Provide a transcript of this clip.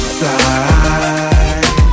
side